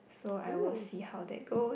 so I will see how that goes